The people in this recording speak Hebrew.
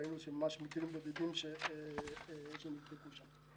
ראינו ממש מקרים בודדים שנבדקו שם.